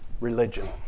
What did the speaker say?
religion